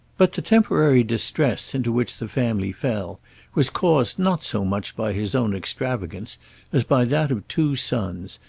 but the temporary distress into which the family fell was caused not so much by his own extravagance as by that of two sons,